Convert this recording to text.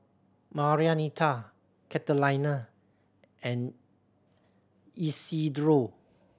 Marianita Catalina and Isidro